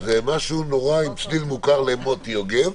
זה משהו עם צליל מוכר למוטי יוגב.